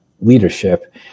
leadership